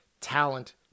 talent